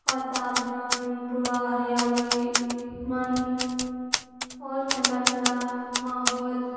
वातावरण पूरा हरियाली मोन बहुत ठण्डा ठण्डा माहौल